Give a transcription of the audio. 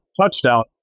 touchdown